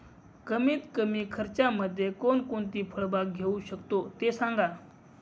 कमीत कमी खर्चामध्ये कोणकोणती फळबाग घेऊ शकतो ते सांगा